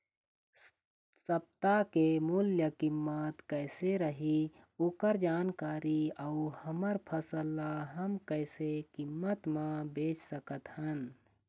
सप्ता के मूल्य कीमत कैसे रही ओकर जानकारी अऊ हमर फसल ला हम कैसे कीमत मा बेच सकत हन?